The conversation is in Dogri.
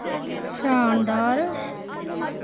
शानदार